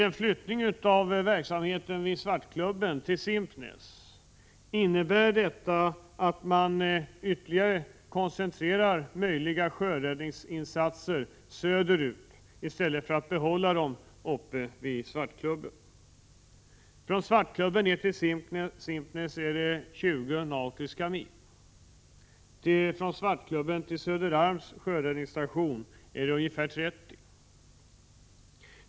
En flyttning av verksamheten vid Svartklubben till Simpnäs innebär att man ytterligare koncentrerar möjliga sjöräddningsinsatser söderut i stället för att behålla dem uppe vid Svartklubben. Från Svartklubben till Simpnäs är det 20 nautiska mil och från Svartklubben till Söderarms sjöräddningsstation är det ungefär 30.